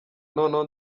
noneho